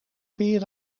peren